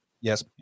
Yes